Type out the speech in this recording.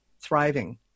thriving